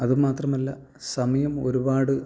അതുമാത്രമല്ല സമയം ഒരുപാട്